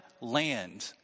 land